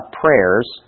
prayers